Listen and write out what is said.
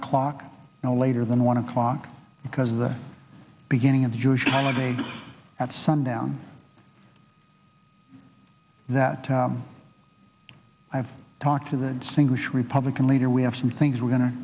o'clock no later than one o'clock because the beginning of the jewish holiday at sundown that i've talked to the singlish republican leader we have some things we're going to